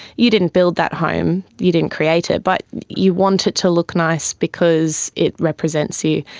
you didn't build that home, you didn't create it, but you want it to look nice because it represents you.